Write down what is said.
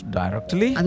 directly